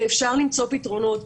ואפשר למצוא פתרונות.